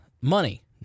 Money